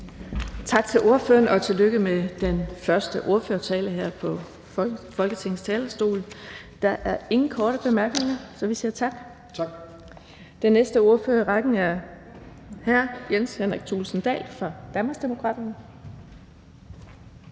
Tak til ordføreren, og tillykke med den første ordførertale her på Folketingets talerstol. Der er ingen korte bemærkninger, så vi siger tak. (Preben Friis-Hauge (V): Tak). Den næste ordfører i rækken er hr. Jens Henrik Thulesen Dahl fra Danmarksdemokraterne.